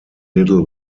little